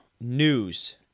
news